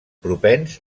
propens